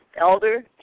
Elder